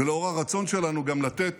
ולאור הרצון שלנו גם לתת